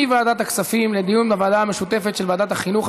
מוועדת הכספים לדיון בוועדה המשותפת של ועדת החינוך,